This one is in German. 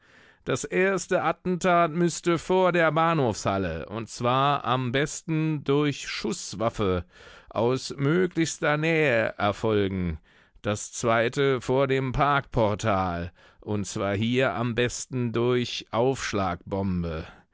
das erste attentat müßte vor der bahnhofshalle und zwar am besten durch schußwaffe aus möglichster nähe erfolgen das zweite vor dem parkportal und zwar hier am besten durch